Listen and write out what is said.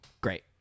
Great